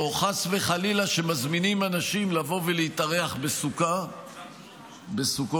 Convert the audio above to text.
או חס וחלילה שמזמינים אנשים לבוא ולהתארח בסוכה בסוכות,